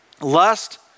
Lust